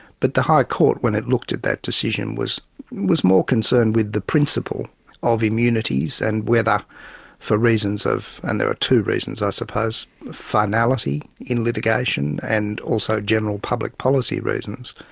but the high court, when it looked at that decision, was was more concerned with the principle of immunities and whether for reasons of and there are two reasons i suppose finality in litigation and also general public policy reasons,